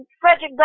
Frederick